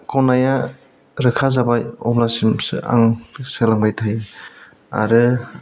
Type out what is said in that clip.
खननाया रोखा जाबाय अब्लासिमसो आं सोलोंबाय थायो आरो